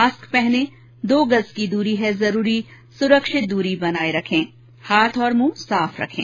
mask पहनें दो गज की दूरी है जरूरी सुरक्षित दूरी बनाए रखें हाथ और मुंह साफ रखें